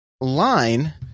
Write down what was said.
line